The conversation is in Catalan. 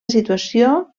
situació